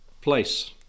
place